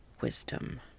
wisdom